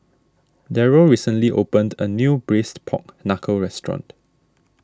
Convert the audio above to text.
Darryll recently opened a new Braised Pork Knuckle restaurant